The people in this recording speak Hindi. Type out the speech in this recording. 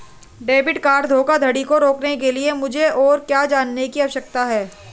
डेबिट कार्ड धोखाधड़ी को रोकने के लिए मुझे और क्या जानने की आवश्यकता है?